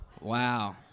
Wow